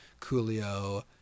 Coolio